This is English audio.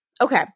okay